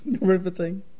Riveting